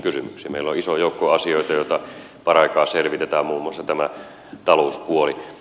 meillä on iso joukko asioita joita paraikaa selvitetään muun muassa tämä talouspuoli